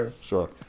Sure